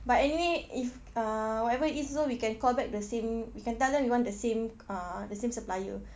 but anyway if uh whatever it is also we can call back the same we can tell them we want the same uh the same supplier